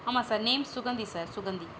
ஆமாம் sir name Suganthi sir Suganthi